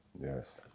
Yes